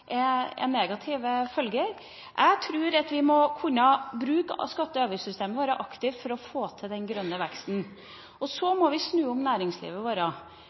som har negative følger. Jeg tror at vi må kunne bruke skatte- og avgiftssystemene våre aktivt for å få til den grønne veksten. Så må vi snu næringslivet vårt